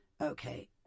okay